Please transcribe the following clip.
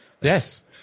yes